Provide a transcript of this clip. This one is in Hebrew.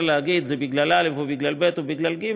להגיד שזה בגלל א' או בגלל ב' או בגלל ג',